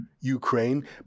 Ukraine